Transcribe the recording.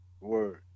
Word